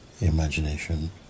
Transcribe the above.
imagination